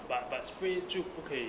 but spray 就不可以